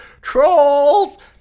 trolls